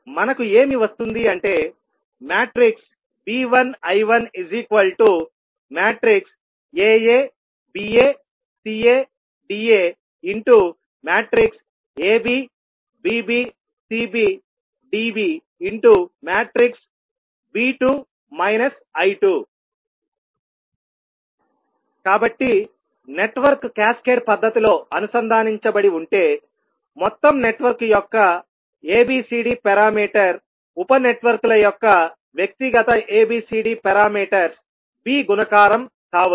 మనకు ఏమి వస్తుంది అంటే V1 I1 Aa Ba Ca Da Ab Bb Cb Db V2 I2 కాబట్టి నెట్వర్క్ క్యాస్కేడ్ పద్ధతిలో అనుసంధానించబడి ఉంటే మొత్తం నెట్వర్క్ యొక్క ABCD పారామీటర్ ఉపనెట్వర్క్ల యొక్క వ్యక్తిగత ABCD పారామీటర్స్ V గుణకారం కావచ్చు